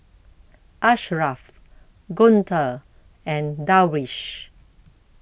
Ashraff Guntur and Darwish